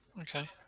Okay